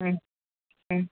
ഉം ഉം